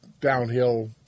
downhill